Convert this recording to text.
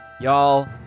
Y'all